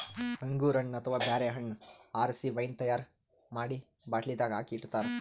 ಅಂಗೂರ್ ಹಣ್ಣ್ ಅಥವಾ ಬ್ಯಾರೆ ಹಣ್ಣ್ ಆರಸಿ ವೈನ್ ತೈಯಾರ್ ಮಾಡಿ ಬಾಟ್ಲಿದಾಗ್ ಹಾಕಿ ಇಡ್ತಾರ